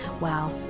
wow